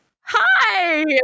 Hi